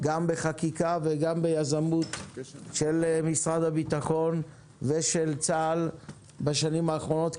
גם בחקיקה וגם ביזמות של משרד הבטחון ושל צה"ל בשנים האחרונות,